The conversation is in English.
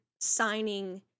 signing